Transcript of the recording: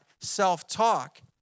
self-talk